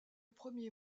premier